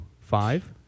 five